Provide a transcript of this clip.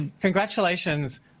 congratulations